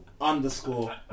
underscore